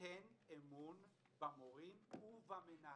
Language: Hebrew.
תן אמון במורים ובמנהלים.